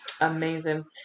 Amazing